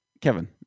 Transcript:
Kevin